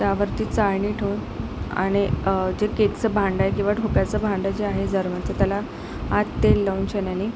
त्यावरती चाळणी ठेवून आणि जे केकचं भांडं आहे किंवा ढोकळ्याचं भांडं आहे जे आहे जर्मलचं त्याला आत तेल लावूनशन्यानी